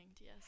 yes